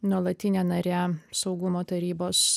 nuolatine nare saugumo tarybos